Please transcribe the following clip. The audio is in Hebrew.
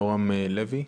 ירון לוי.